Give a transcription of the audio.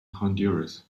honduras